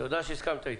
תודה שהסכמת אתי.